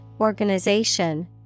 organization